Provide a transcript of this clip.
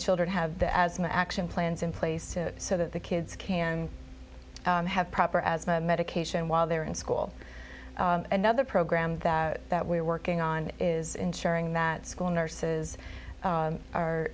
children have the asthma action plans in place so that the kids can have proper asthma medication while they're in school another program that we're working on is ensuring that school nurses are